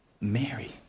Mary